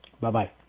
Bye-bye